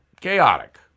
chaotic